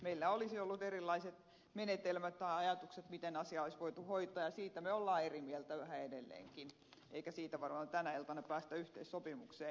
meillä oli erilaiset menetelmät tai ajatukset siitä miten asia olisi voitu hoitaa ja siitä me olemme eri mieltä yhtä edelleenkin eikä siitä varmaan tänä iltana päästä yhteissopimukseen